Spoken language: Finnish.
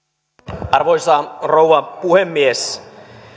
arvoisa rouva puhemies